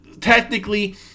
technically